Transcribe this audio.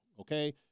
okay